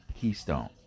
keystone